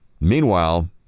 Meanwhile